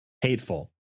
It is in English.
Hateful